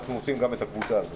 אנחנו בודקים גם את הקבוצה הזאת,